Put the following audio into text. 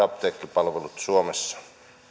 apteekkipalvelut suomessa